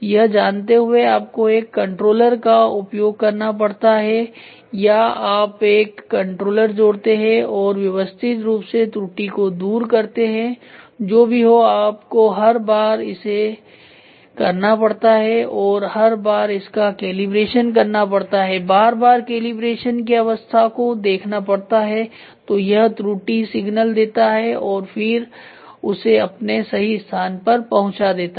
यह जानते हुए आपको एक कंट्रोलर का उपयोग करना पड़ता हैया आप एक कंट्रोलर जोड़ते हैं और व्यवस्थित रूप से त्रुटि को दूर करते हैं जो भी हो आप को हर बार इससे करना पड़ता हैऔर हर बार इसका कैलिब्रेशन करना पड़ता है बार बार कैलिब्रेशन की अवस्था को देखना पड़ता है तो यह त्रुटि सिग्नल देता है और फिर उसे अपने सही स्थान पर पहुंचा देता है